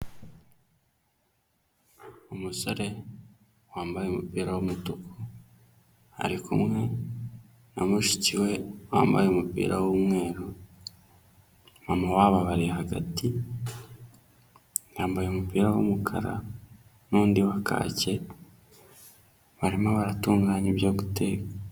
Umusore wambaye umupira w'umutuku ari kumwe na mushiki we wambaye umupira w'umweru, mama wabo abari hagati yambaye umupira w'umukara n'undi wa kaki, barimo baratunganya ibyo guteka.